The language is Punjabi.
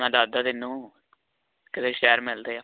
ਮੈਂ ਦੱਸਦਾ ਤੈਨੂੰ ਤੇਰੇ ਸ਼ਹਿਰ ਮਿਲਦੇ ਹਾਂ